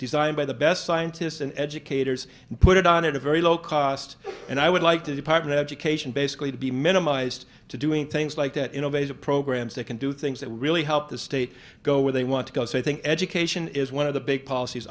designed by the best scientists and educators and put it on at a very low cost and i would like to department of education basically to be minimized to doing things like that innovative programs that can do things that will really help the state go where they want to go so i think education is one of the big policies